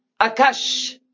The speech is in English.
akash